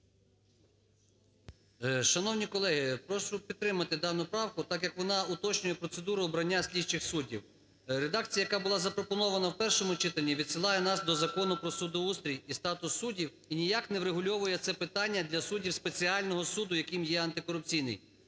Шановні колеги, прошу підтримати дану правку так, як вона уточнює процедуру обрання слідчих суддів. Редакція, яка була запропонована в першому читанні, відсилає нас до Закону "Про судоустрій і статус суддів" і ніяк не врегульовує це питання для суддів спеціального суду, яким є антикорупційний.